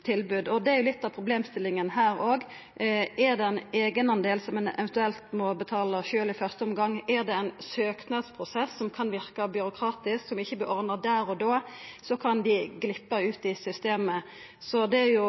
tilbod. Det er litt av problemstillinga her òg. Er det ein eigendel som ein eventuelt må betala sjølv i første omgang, er det ein søknadsprosess som kan verka byråkratisk, som ikkje vert ordna der og da, kan ein gleppa ut av systemet. Etter mitt syn er det viktig at når ein er